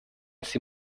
sie